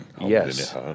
Yes